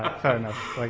fair enough,